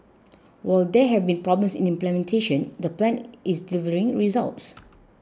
while there have been problems in implementation the plan is delivering results